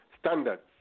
standards